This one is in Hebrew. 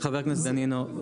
חבר הכנסת דנינו,